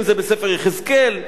אם זה בספר יחזקאל,